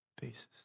pieces